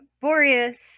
Boreas